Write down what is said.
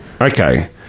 Okay